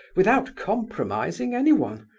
without compromising anyone.